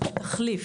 תחליף,